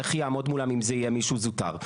איך יעמוד מולם אם זה יהיה מישהו זוטר?